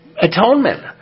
atonement